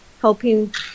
helping